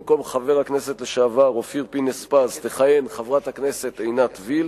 במקום חבר הכנסת לשעבר אופיר פינס-פז תכהן חברת הכנסת עינת וילף,